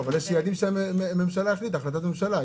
יש יעדים שהממשלה החליטה עליהם בהחלטות הממשלה.